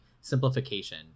simplification